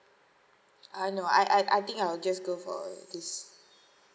I know I I I think I'll just go for this